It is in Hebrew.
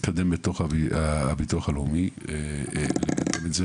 אנחנו הולכים יותר על נקודות קצה.